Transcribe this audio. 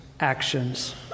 actions